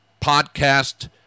podcast